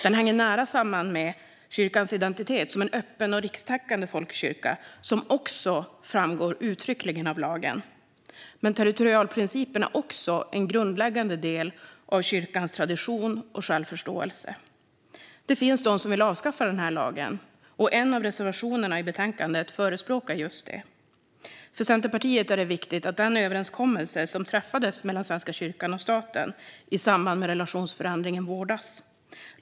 Den hänger nära samman med kyrkans identitet som en öppen och rikstäckande folkkyrka, vilket också framgår uttryckligen av lagen. Men territorialprincipen är också en grundläggande del av kyrkans tradition och självförståelse. Det finns de som vill avskaffa denna lag, och en av reservationerna i betänkandet förespråkar just det. För Centerpartiet är det viktigt att den överenskommelse som träffades mellan Svenska kyrkan och staten i samband med relationsförändringen vårdas.